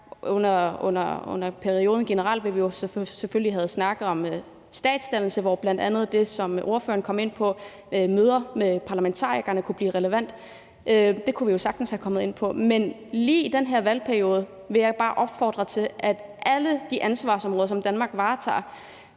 det gjaldt generelt, ville vi jo selvfølgelig have snakket om statsdannelse, hvor bl.a. det, som spørgeren kom ind på, altså møder med parlamentarikerne, kunne være relevant – det kunne vi jo sagtens være kommet ind på. Men lige i den her valgperiode vil jeg bare opfordre til, at man i forhold til alle de ansvarsområder, som Danmark varetager,